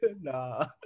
Nah